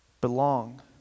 Belong